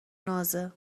نازه